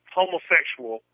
homosexual